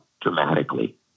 dramatically